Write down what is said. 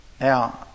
Now